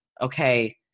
okay